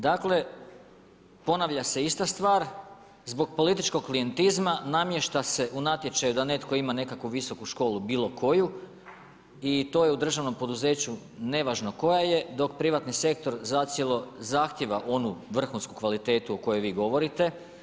Dakle, ponavlja se ista stvar, zbog političkog klijentizma, namješta se u natječaju, da netko ima nekakvu visoku školu, bilo koju, i to je u državnom poduzeću, nevažno koja je dok privatni sektor, zacijelo zahtjeva onu vrhunsku kvalitetu, o kojoj vi govorite.